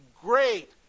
great